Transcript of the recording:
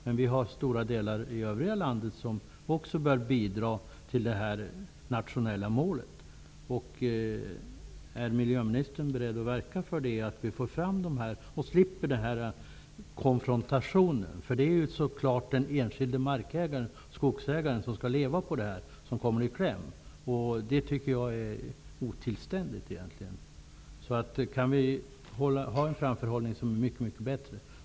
Men vi har stora delar i övriga landet som också bör bidra till det nationella målet. Är miljöministern beredd att verka för det, för att slippa denna konfrontation? Det är naturligtvis den enskilda markägaren, skogsägaren, som skall leva på detta, som kommer i kläm. Det är egentligen otillständigt. Om vi kan ha en bättre framförhållning, kanske vi slipper sådana här situationer.